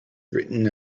written